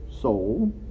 Soul